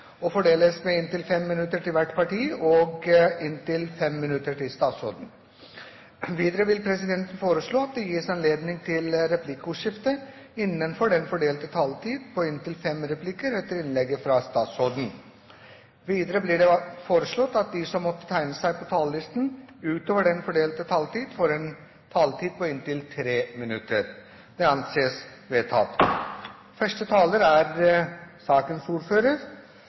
og fordeles med inntil 5 minutter til hvert parti og inntil 5 minutter til statsråden. Videre vil presidenten foreslå at det gis anledning til replikkordskifte på inntil fem replikker med svar etter innlegget fra statsråden innenfor den fordelte taletid. Videre blir det foreslått at de som måtte tegne seg på talerlisten utover den fordelte taletid, får en taletid på inntil 3 minutter. – Det anses vedtatt. Det er